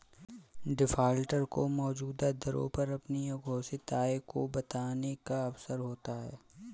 defaulter को मौजूदा दरों पर अपनी अघोषित आय को बताने का अवसर होता है